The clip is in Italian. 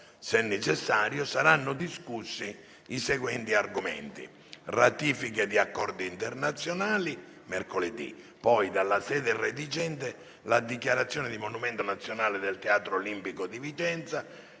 se necessario, saranno discussi i seguenti argomenti: ratifiche di accordi internazionali (mercoledì); dalla sede redigente, la dichiarazione di monumento nazionale del Teatro Olimpico di Vicenza;